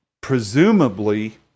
presumably